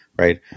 Right